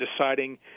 deciding